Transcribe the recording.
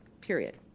period